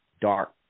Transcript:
dark